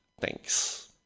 thanks